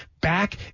back